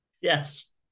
Yes